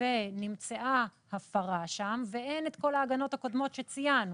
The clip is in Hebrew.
נמצאה הפרה שם ואין את כל ההגנות הקודמות שציינו